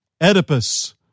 Oedipus